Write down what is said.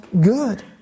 good